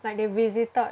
like they visited